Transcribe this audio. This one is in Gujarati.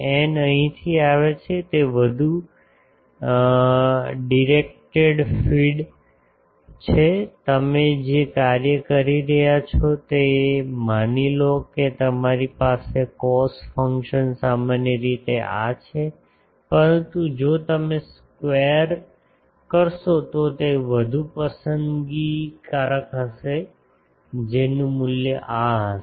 n અહીંથી આવે છે તે વધુ ડિરેકટેડ ફીડ તમે જે કાર્ય કરી રહ્યા છો તે માની લો કે તમારી પાસે કોસ ફંક્શન સામાન્ય રીતે આ છે પરંતુ જો તમે સ્કવેર કરસો તો તે વધુ પસંદગી કારક હશે જેનું મૂલ્ય આ હશે